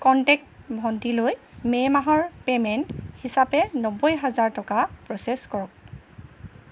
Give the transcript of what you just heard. contact ভণ্টিলৈ May মাহৰ payment হিচাপে নব্বৈ হাজাৰ টকা প্ৰ'চেছ কৰক